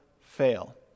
fail